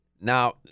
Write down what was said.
now